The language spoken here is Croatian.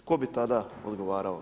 Tko bi tada odgovarao?